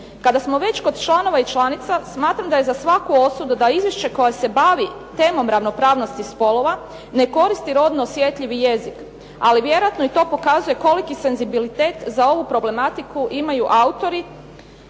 Kada smo već kod članova i članica smatram da je za svaku osudu da izvješće koje se bavi temom ravnopravnosti spolova ne koristi rodno osjetljivi jezik, ali vjerojatno i to pokazuje koliki senzibilitet za ovu problematiku imaju autori,